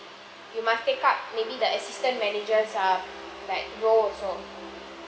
you must take up maybe the assistant manager ah like role also